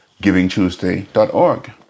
givingtuesday.org